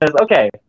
okay